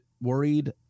worried